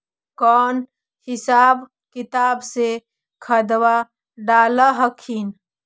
कौन हिसाब किताब से खदबा डाल हखिन?